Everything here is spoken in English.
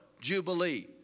Jubilee